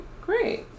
great